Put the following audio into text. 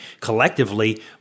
collectively